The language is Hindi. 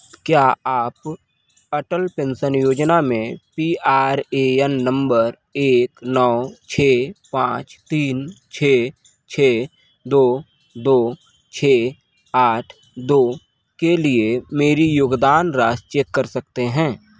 क्या आप अटल पेंशन योजना में P R A N number एक नौ छ पाँच तीन छ छ दो दो छ आठ दो के लिए मेरी योगदान राशि चेक कर सकते हैं